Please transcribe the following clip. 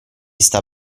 sta